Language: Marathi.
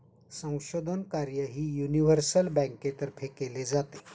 संशोधन कार्यही युनिव्हर्सल बँकेतर्फे केले जाते